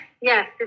yes